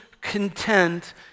content